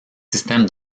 systèmes